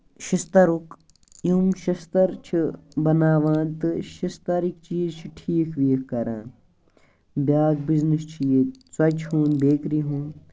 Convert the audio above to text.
شیشتَرُک یِم شیشتٕر چھِ بَناوان تہٕ شیشتَرٕک چیٖز چھِ ٹھیٖک ویٖک کران بیاکھ بِزنٮ۪س چھُ ییٚتہِ ژوٚچہِ ہُند بیکری ہُند